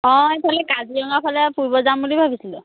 অঁ এইফালে কাজিৰঙা ফালে ফুৰিব যাম বুলি ভাবিছিলোঁ